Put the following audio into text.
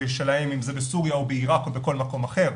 שלהם, אם זה בסוריה או בעיראק או בכל מקום אחר.